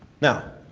now,